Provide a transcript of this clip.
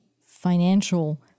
financial